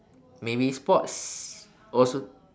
maybe sports also